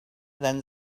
than